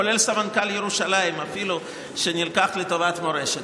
כולל אפילו סמנכ"ל ירושלים שנלקח לטובת מורשת.